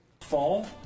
Fall